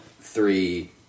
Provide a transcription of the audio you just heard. three